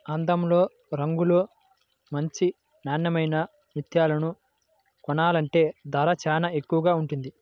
అందంలో, రంగులో మంచి నాన్నెమైన ముత్యాలను కొనాలంటే ధర చానా ఎక్కువగా ఉంటది